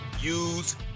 use